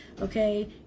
okay